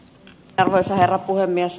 arvoisa herra puhemies